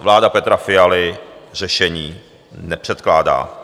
Vláda Petra Fialy řešení nepředkládá.